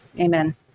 Amen